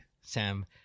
Sam